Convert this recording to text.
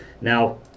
now